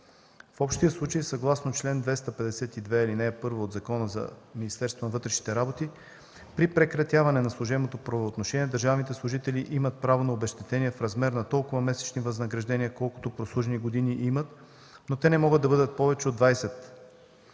В общия случай, съгласно чл. 252, ал. 1 от Закона за Министерството на вътрешните работи, при прекратяване на служебното правоотношение държавните служители имат право на обезщетение в размер на толкова месечни възнаграждения, колкото прослужени години имат, но те не могат да бъдат повече от 20.